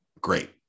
great